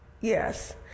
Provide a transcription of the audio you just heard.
Yes